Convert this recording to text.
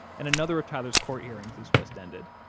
and another of tyler's court hearings has just ended,